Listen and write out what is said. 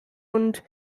und